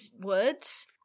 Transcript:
words